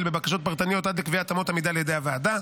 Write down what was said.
בבקשות פרטניות עד לקביעת אמות המידה על ידי הוועדה.